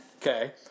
Okay